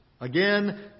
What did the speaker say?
Again